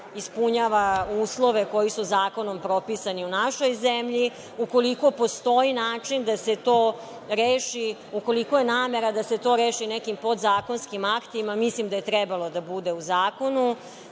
ispunjava uslove koji su zakonom propisani u našoj zemlji. Ukoliko postoji način da se to reši, ukoliko je namera da se to reši nekim podzakonskim aktima, mislim da je trebalo da bude u zakonu.